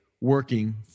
working